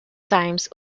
times